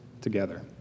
together